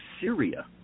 Syria